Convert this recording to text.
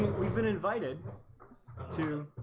we've been invited to